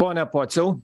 pone pociau